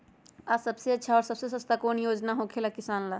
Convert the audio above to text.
आ सबसे अच्छा और सबसे सस्ता कौन योजना होखेला किसान ला?